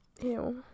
Ew